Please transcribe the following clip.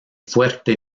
fuerte